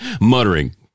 muttering